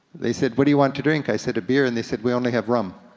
they said, what do you want to drink? i said, a beer. and they said, we only have rum.